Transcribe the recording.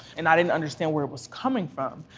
and i didn't understand where it was coming from,